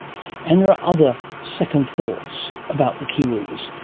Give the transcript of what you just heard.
and there are other second thoughts about the kiwis,